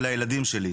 של הילדים שלי.